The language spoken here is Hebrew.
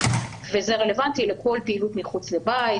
וזה רלוונטי לכל פעילות מחוץ לבית,